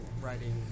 writing